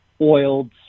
oiled